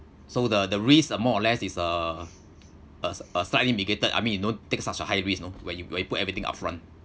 so the the risk uh more or less is uh uh a slightly mitigated I mean you don't take such a high risk you know where you where you put everything upfront